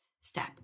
step